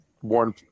one